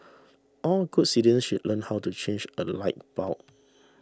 all good citizens should learn how to change a light bulb